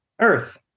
Earth